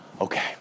okay